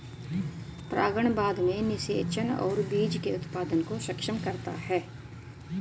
परागण बाद में निषेचन और बीज के उत्पादन को सक्षम करता है